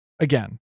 Again